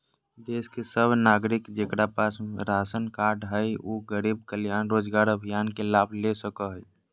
देश के सब नागरिक जेकरा पास राशन कार्ड हय उ गरीब कल्याण रोजगार अभियान के लाभ ले सको हय